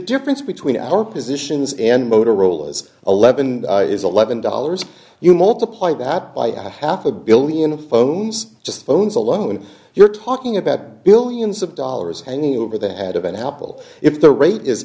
difference between our positions and motorola's eleven is eleven dollars you multiply that by half a billion of phones just phones alone you're talking about billions of dollars annually for the head of an apple if the rate